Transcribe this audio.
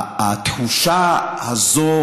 התחושה הזאת